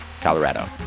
Colorado